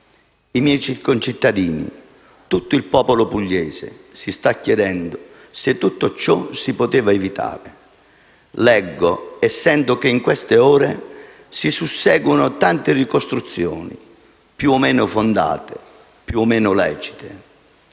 I miei concittadini, tutto il popolo pugliese si sta chiedendo se tutto ciò si poteva evitare. Leggo e sento che in queste ore si susseguono tante ricostruzioni, più o meno fondate, più o meno lecite;